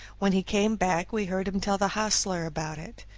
when he came back we heard him tell the hostler about it.